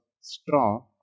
straw